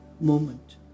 moment